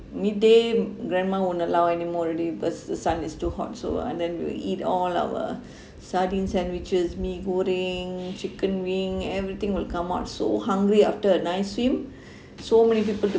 midday grandma won't allow anymore already because the sun is too hot so and then we will eat all our sardine sandwiches mee goreng chicken wing everything will come out so hungry after a nice swim so many people to